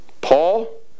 Paul